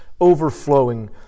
overflowing